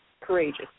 courageous